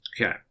Okay